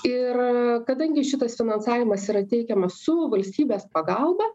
ir kadangi šitas finansavimas yra teikiamas su valstybės pagalba